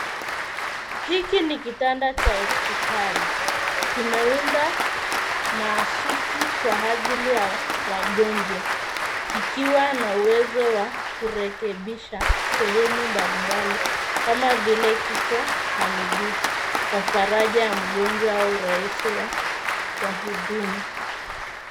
Hiki ni kitanda cha hospitali. Kimeundwa mahususi kwa ajili ya wagonjwa kikiwa na uwezo wa kurekebisha sehemu mbalimbali kama vile kichwa na miguu kwa faraja ya mgonjwa au urahisi kwa hudumu.